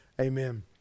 Amen